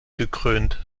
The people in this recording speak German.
gekrönt